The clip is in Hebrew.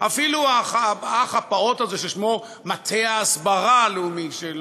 אפילו האח הפעוט הזה ששמו מטה ההסברה הלאומי,